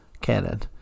Canon